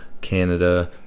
Canada